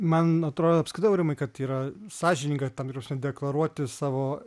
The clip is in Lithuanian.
man atrodo apskritai aurimai kad yra sąžininga ta prasme deklaruoti savo